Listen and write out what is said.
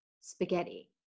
spaghetti